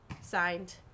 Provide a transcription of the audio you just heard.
Signed